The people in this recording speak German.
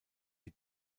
die